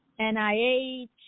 NIH